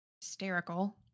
hysterical